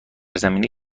زمینه